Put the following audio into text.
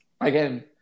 again